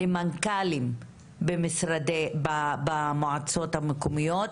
למנכ"לים במועצות המקומיות